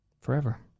forever